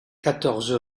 quatorze